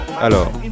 Alors